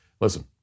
Listen